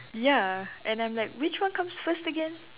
ya and I'm like which one comes first again